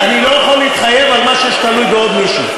אני לא יכול להתחייב למשהו שתלוי בעוד מישהו.